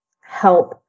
help